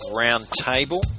roundtable